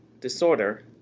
disorder